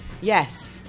yes